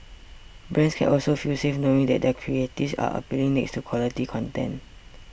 brands can also feel safe knowing that their creatives are appearing next to quality content